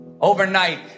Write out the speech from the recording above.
Overnight